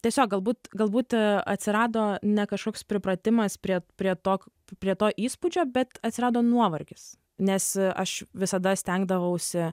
tiesiog galbūt galbūt atsirado ne kažkoks pripratimas prie prie to prie to įspūdžio bet atsirado nuovargis nes aš visada stengdavausi